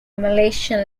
malaysian